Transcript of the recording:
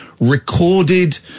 recorded